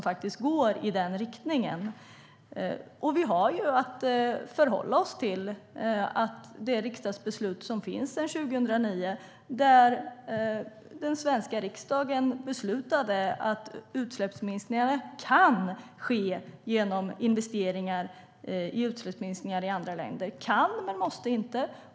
Vi har att förhålla oss till det riksdagsbeslut som finns sedan 2009, då den svenska riksdagen beslutade att utsläppsminskningarna kan ske genom investeringar i utsläppsminskningar i andra länder - kan men måste inte.